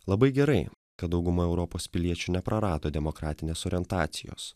labai gerai kad dauguma europos piliečių neprarado demokratinės orientacijos